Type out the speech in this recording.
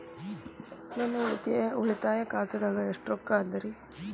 ನನ್ನ ಉಳಿತಾಯ ಖಾತಾದಾಗ ಎಷ್ಟ ರೊಕ್ಕ ಅದ ರೇ?